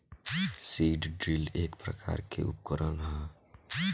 seed drill एक प्रकार के उकरण ह